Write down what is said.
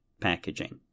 packaging